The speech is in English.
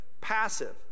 Passive